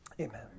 Amen